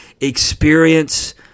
experience